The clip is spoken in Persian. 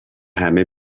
همه